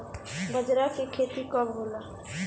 बजरा के खेती कब होला?